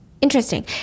interesting